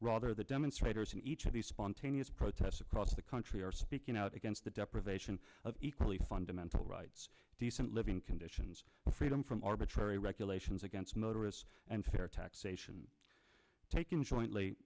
rather the demonstrators in each of these spontaneous protests across the country are speaking out against the deprivation of equally fundamental rights decent living conditions freedom from arbitrary regulations against motorists and fair taxation taken jointly